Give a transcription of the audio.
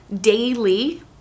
daily